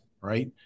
right